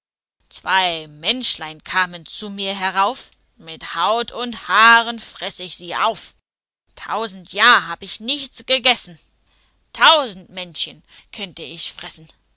zwei menschlein kamen zu mir herauf mit haut und haaren freß ich sie auf tausend jahr hab ich nichts gegessen tausend menschen könnte ich fressen